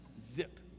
Zip